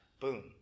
boom